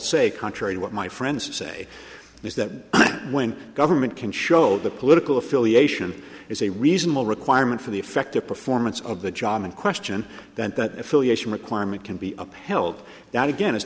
say contrary to what my friends say is that when government can show the political affiliation is a reasonable requirement for the effective performance of the job in question then that affiliation requirement can be upheld that again is